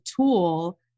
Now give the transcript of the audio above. tool